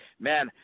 Man